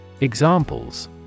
Examples